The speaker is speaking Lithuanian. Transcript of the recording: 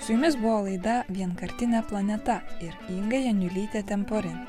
su jumis buvo laida vienkartinė planeta ir inga janiulytė tempuri